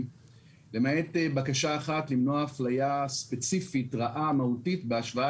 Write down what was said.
למעט בקשה אחת והיא למנוע אפליה ספציפית רעה מהותית בהשוואה